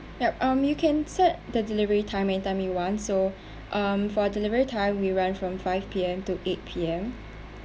yup um you can set the delivery time any time you want so um for delivery time we run from five P_M to eight P_M